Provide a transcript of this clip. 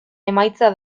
emaitza